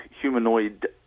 humanoid